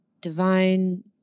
Divine